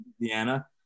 Louisiana